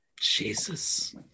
Jesus